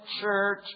church